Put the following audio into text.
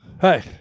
Hey